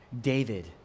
david